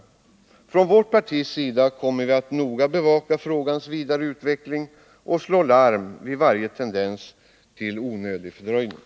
Från vårt partis sida kommer vi att noga bevaka frågans vidare utveckling och slå larm vid varje tendens till onödig fördröjning.